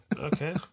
Okay